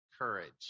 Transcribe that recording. courage